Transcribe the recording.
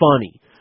funny